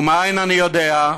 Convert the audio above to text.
ומאין אני יודע?